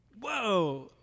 whoa